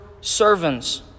servants